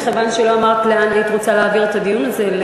מכיוון שלא אמרת לאן היית רוצה להעביר את הדיון הזה,